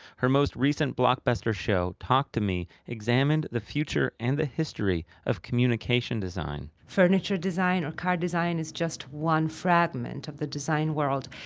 her most recent blockbuster blockbuster show, talk to me, examined the future and the history of communication design furniture design or car design is just one fragment of the design world.